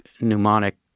mnemonic